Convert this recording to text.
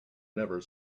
never